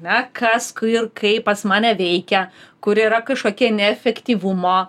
ne kas ku ir kaip pas mane veikia kur yra kažkokie neefektyvumo